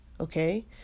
okay